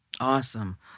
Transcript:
Awesome